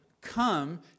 come